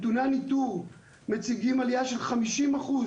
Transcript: נתוני הניטור מציגים עלייה של חמישים אחוז